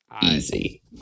Easy